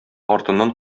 артыннан